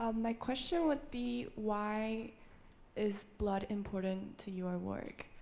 um my question would be why is blood important to you ah work.